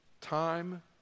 Time